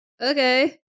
okay